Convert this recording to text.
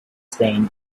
stain